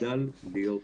זה חדל להיות.